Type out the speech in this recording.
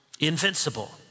Invincible